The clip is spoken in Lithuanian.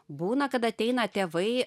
būna kad ateina tėvai